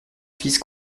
fils